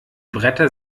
bretter